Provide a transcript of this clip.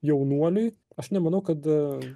jaunuoliui aš nemanau kad